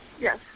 Yes